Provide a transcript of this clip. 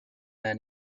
were